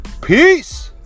Peace